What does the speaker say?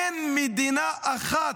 אין מדינה אחת,